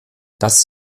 das